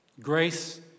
grace